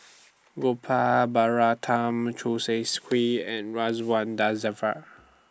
Gopal Baratham Choo Seng's Quee and Ridzwan Dzafir